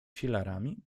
filarami